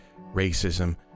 racism